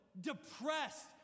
depressed